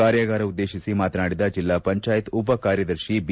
ಕಾರ್ಯಾಗಾರ ಉದ್ದೇಶಿಸಿ ಮಾತನಾದಿದ ಜಿಲ್ಲಾ ಪಂಚಾಯತ್ ಉಪಕಾರ್ಯದರ್ಶಿ ಬಿ